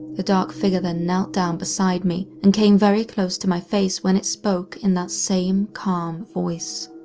the dark figure then knelt down beside me, and came very close to my face when it spoke in that same calm voice.